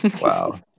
Wow